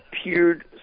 appeared